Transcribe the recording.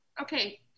Okay